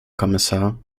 kommissar